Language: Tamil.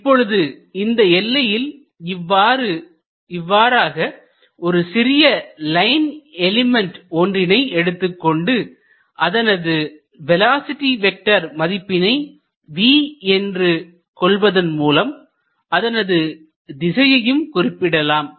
இப்பொழுது இந்த எல்லையில் இவ்வாறாக ஒரு சிறிய லைன் எலிமெண்ட் ஒன்றினை எடுத்துக்கொண்டு அதனது வேலோஸிட்டி வெக்டர் மதிப்பினை v என்று கொள்வதன் மூலம் அதனது திசையையும் குறிப்பிடலாம்